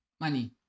money